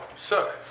so,